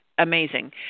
Amazing